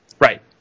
Right